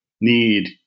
need –